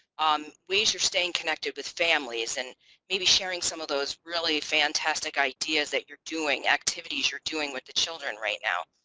um ways you're staying connected with families and maybe sharing some of those really fantastic ideas that you're doing, activities you're doing with the children right now.